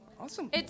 awesome